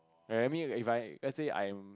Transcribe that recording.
err I mean if I let's say I am